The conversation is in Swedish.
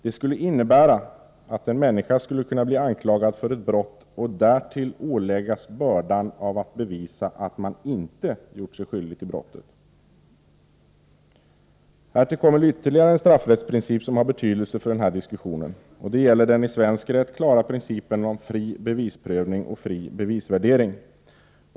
Den skulle innebära att en människa skulle kunna bli anklagad för ett brott och därpå åläggas bördan av att bevisa att man inte gjort sig skyldig till brottet. Härtill kommer ytterligare en straffrättsprincip som har betydelse för den här diskussionen. Det gäller den i svensk rätt klara principen om fri bevisprövning och fri bevisvärdering.